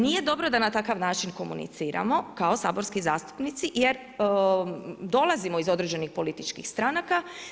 Nije dobro da na takav način komuniciramo kao saborski zastupnici, jer dolazimo iz određenih političkih stranaka.